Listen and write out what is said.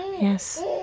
Yes